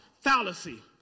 fallacy